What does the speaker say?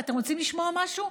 ואתם רוצים לשמוע משהו?